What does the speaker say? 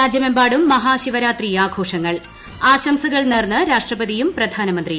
രാജ്യമെമ്പാടും മഹാശിവരാത്രി ആഘോഷങ്ങൾ ആശംസകൾ നേർന്ന് രാഷ്ട്രപതിയും പ്രധാനമന്ത്രിയും